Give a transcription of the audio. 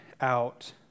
out